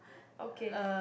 okay